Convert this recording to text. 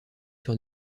sur